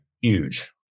Huge